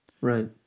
Right